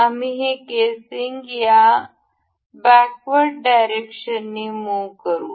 आम्ही हे केसिंग या बॅकवर्ड डायरेक्शननी मुह करू